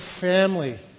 family